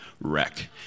wreck